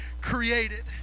created